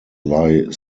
lie